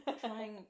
trying